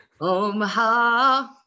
Omaha